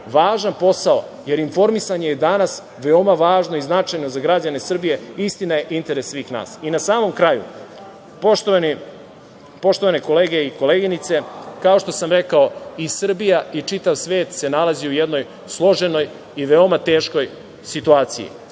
važan posao, jer informisanje je danas veoma važno i značajno za građane Srbije i, istina je, interes svih nas. Na samom kraju, poštovane kolege i koleginice, kao što sam rekao, i Srbija i čitav svet se nalazi u jednoj složenoj i veoma teškoj situaciji.